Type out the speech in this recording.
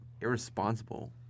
irresponsible